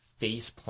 faceplant